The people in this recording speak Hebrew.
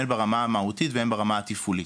הן ברמה המהותית והן ברמה התפעולית.